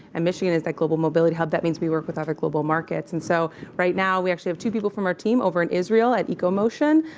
and michigan is a global mobility hub. that means we work with other global markets. and so right now we actually have two people from our team over in israel at ecomotion.